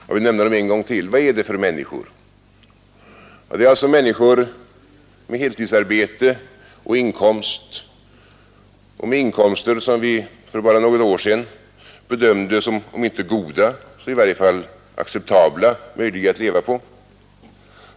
Jag vill nämna dem en gång till. Vad är det för människor? Det är människor med heltidsarbete och inkomster som vi för bara några år sedan bedömde som, om inte goda så i varje fall acceptabla, möjliga att leva på.